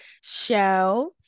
show